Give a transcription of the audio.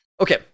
Okay